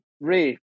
Ray